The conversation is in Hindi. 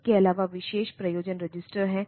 इसके अलावा विशेष प्रयोजन रजिस्टर हैं